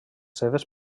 seves